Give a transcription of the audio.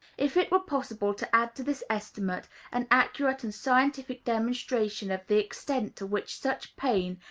if it were possible to add to this estimate an accurate and scientific demonstration of the extent to which such pain,